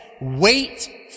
wait